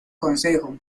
concejo